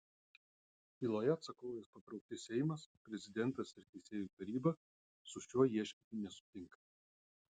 byloje atsakovais patraukti seimas prezidentas ir teisėjų taryba su šiuo ieškiniu nesutinka